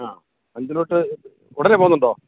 ആ അഞ്ചലിലോട്ട് ഉടനെ പോവുന്നുണ്ടോ